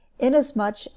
inasmuch